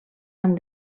amb